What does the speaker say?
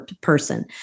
person